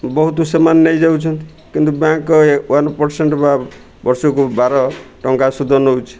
ବହୁତ ସେମାନେ ନେଇଯାଉଛନ୍ତି କିନ୍ତୁ ବ୍ୟାଙ୍କ୍ ୱାନ୍ ପରସେଣ୍ଟ୍ ବା ବର୍ଷକୁ ବାର ଟଙ୍କା ସୁଧ ନେଉଛି